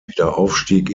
wiederaufstieg